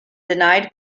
denied